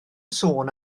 sôn